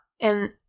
and-